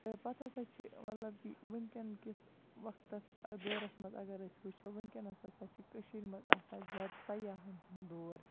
تہٕ پَتہٕ ہسا چھِ مطلب کہِ ؤنکیٚن کِس وقتَس دورَس منٛز اَگر أسۍ وُچھو ؤنکیٚنس ہسا چھِ کٔشیٖر منٛز آسان زیادٕ سَیاحن ہُند دور